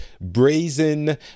brazen